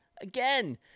again